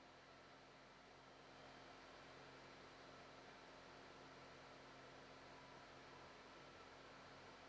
uh